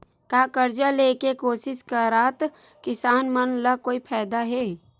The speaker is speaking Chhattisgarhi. का कर्जा ले के कोशिश करात किसान मन ला कोई फायदा हे?